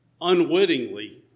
unwittingly